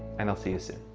and i'll see you soon.